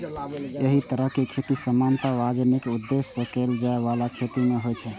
एहि तरहक खेती सामान्यतः वाणिज्यिक उद्देश्य सं कैल जाइ बला खेती मे होइ छै